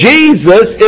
Jesus